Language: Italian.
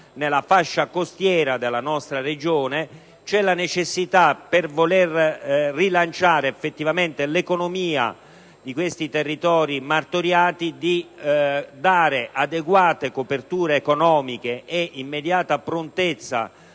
nella fascia costiera della nostra Regione, c'è la necessità, per rilanciare effettivamente l'economia di questi territori martoriati, di dare adeguata copertura economica e immediata prontezza